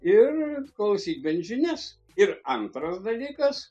ir klausyt gali žinias ir antras dalykas